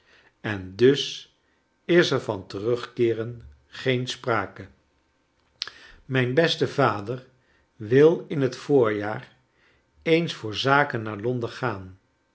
en dug is er van terugkeeren geen sprako mijn beste va j der wil in het voor jaar eens voor zakeu naar londen gaa n